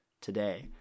today